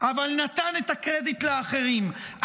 אבל נתן את הקרדיט לאחרים.